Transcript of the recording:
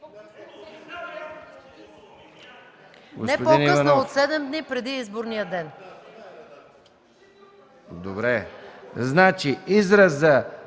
не по-късно от 27 дни преди изборния ден.